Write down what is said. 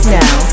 now